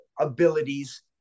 abilities